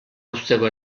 uzteko